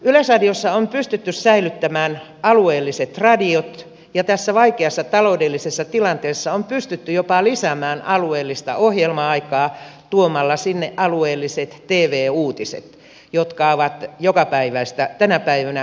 yleisradiossa on pystytty säilyttämään alueelliset radiot ja tässä vaikeassa taloudellisessa tilanteessa on pystytty jopa lisäämään alueellista ohjelma aikaa tuomalla sinne alueelliset tv uutiset jotka ovat jokapäiväistä tänä päivänä